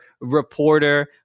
reporter